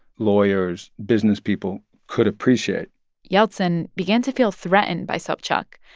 lawyers, business people could appreciate yeltsin began to feel threatened by sobchak,